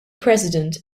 president